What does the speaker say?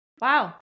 wow